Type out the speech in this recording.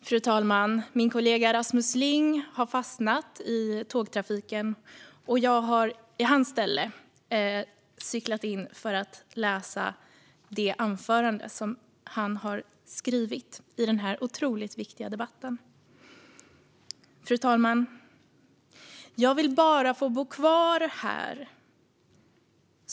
Fru talman! Min kollega Rasmus Ling har fastnat i tågtrafiken, och jag har cyklat hit för att i hans ställe läsa det anförande som han har skrivit inför denna otroligt viktiga debatt. Fru talman! Jag vill bara få bo kvar här.